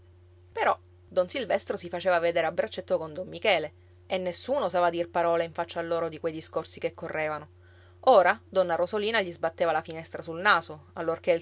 però don silvestro si faceva vedere a braccetto con don michele e nessuno osava dir parola in faccia a loro di quei discorsi che correvano ora donna rosolina gli sbatteva la finestra sul naso allorché